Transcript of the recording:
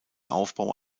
aufbau